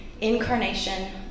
incarnation